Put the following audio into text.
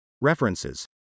References